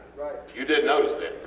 you did notice that,